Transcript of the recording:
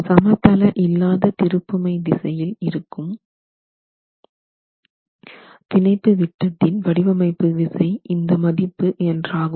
சமதள இல்லாது திருப்புமை திசையில் இருக்கும் பிணைப்பு விட்டத்தின் வடிவமைப்பு விசை இந்த மதிப்பு என்றாகும்